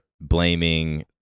blaming